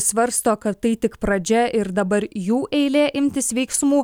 svarsto kad tai tik pradžia ir dabar jų eilė imtis veiksmų